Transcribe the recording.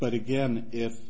but again if